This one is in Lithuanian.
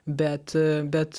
bet bet